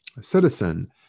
citizen